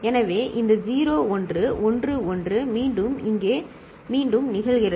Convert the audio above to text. எனவே இந்த 0 1 1 1 மீண்டும் இங்கே மீண்டும் நிகழ்கிறது